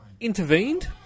intervened